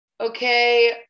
okay